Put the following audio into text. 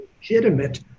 legitimate